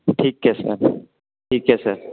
ठीक है सर ठीक है सर